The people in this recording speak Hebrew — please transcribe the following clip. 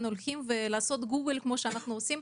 הולכים וקשה להם לעשות גוגל על כל דבר כמו שאנחנו עושים.